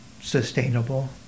sustainable